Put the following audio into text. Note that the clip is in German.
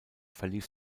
verlief